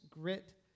grit